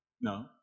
No